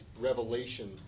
revelation